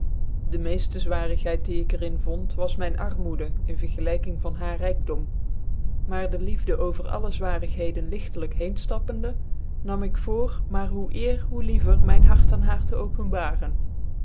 de meeftc zwarigheid die ik er in vond was myn armoede in vergclyking van haar rykdom maar de liefde over alle zwarigheden ligtclijk heen tappende nam ik voor maar hoe eer hoe liever mijn hard aan haar te openbaaren